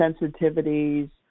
sensitivities